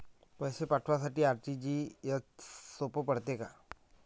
पैसे पाठवासाठी आर.टी.जी.एसचं सोप पडते का?